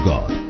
God